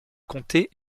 comté